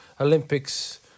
Olympics